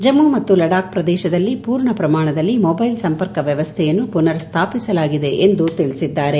ಜಮ್ನು ಮತ್ತು ಲಡಾಕ್ ಪ್ರದೇಶದಲ್ಲಿ ಪೂರ್ಣ ಪ್ರಮಾಣದಲ್ಲಿ ಮೊದೈಲ್ ಸಂಪರ್ಕ ವ್ಣವಸ್ಥೆಯನ್ನು ಪುನರ್ ಸ್ಥಾಪಿಸಲಾಗಿದೆ ಎಂದು ಅವರು ತಿಳಿಸಿದ್ದಾರೆ